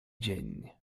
dzień